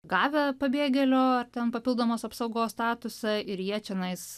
gavę pabėgėlio ar ten papildomos apsaugos statusą ir jie čionais